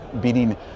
beating